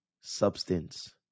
substance